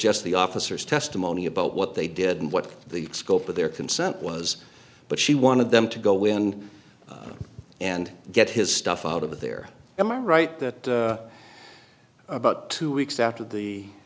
just the officers testimony about what they did and what the scope of their consent was but she wanted them to go in and get his stuff out of there i'm right that about two weeks after